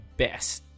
best